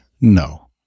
No